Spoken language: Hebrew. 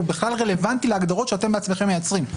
הוא בכלל רלוונטי להגדרות שאתם בעצמכם מייצרים.